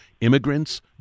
immigrants